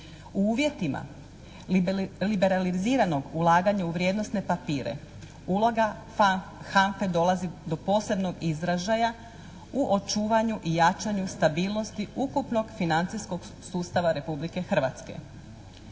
U uvjetima liberaliziranog ulaganja u vrijednosne papire uloga HANFA-e dolazi do posebnog izražaja u očuvanju i jačanju stabilnosti ukupnog financijskog sustava Republike Hrvatske.